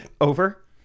Over